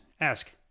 Ask